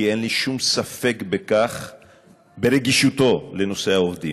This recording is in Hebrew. כי אין לי שום ספק ברגישותו לנושא העובדים,